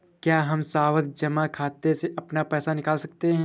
क्या हम सावधि जमा खाते से अपना पैसा निकाल सकते हैं?